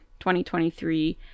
2023